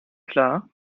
klar